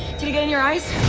did it get in your eyes!